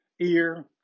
ear